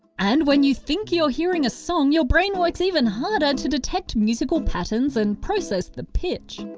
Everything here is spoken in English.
and when you think you're hearing a song, your brain works even harder to detect musical patterns and process the pitch.